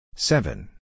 Seven